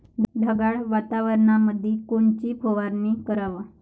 ढगाळ वातावरणामंदी कोनची फवारनी कराव?